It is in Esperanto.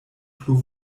plu